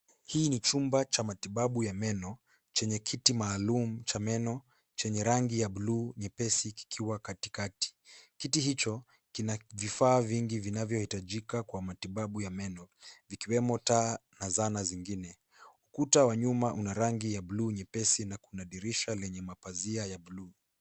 Hii ni chumba cha matibabu ya meno chenye kiti maalumu cha meno chenye rangi ya bluu nyepesi kikiwa katikati. Kiti hicho kina vifaa vingi vinavyohitajika kwa matibabu ya meno vikiwemo taa na zana zingine. Ukuta wa nyuma una rangi ya bluu nyepesi na kuna dirisha lenye mapazia ya bluu.